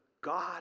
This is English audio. God